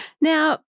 Now